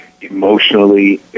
emotionally